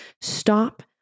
Stop